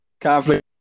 Conflict